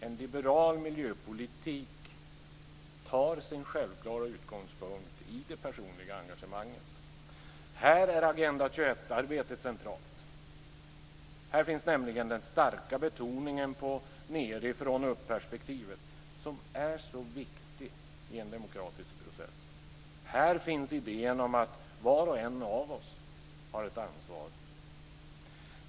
En liberal miljöpolitik tar sin självklara utgångspunkt i det personliga engagemanget. Här är Agenda 21-arbetet centralt. Här finns nämligen den starka betoningen på nedifrån-upp-perspektivet, som är så viktigt i en demokratisk process. Här finns idén om att var och en av oss har ett ansvar.